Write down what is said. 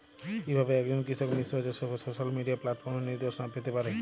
কিভাবে একজন কৃষক মিশ্র চাষের উপর সোশ্যাল মিডিয়া প্ল্যাটফর্মে নির্দেশনা পেতে পারে?